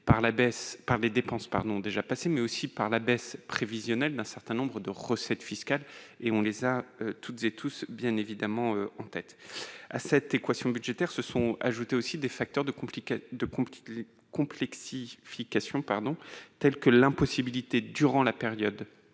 par les dépenses déjà effectuées, mais aussi par la baisse prévisionnelle d'un certain nombre de recettes fiscales ; bien entendu, nous les avons toutes et tous en tête. À cette équation budgétaire se sont ajoutés des facteurs de complexification, comme l'impossibilité, durant la période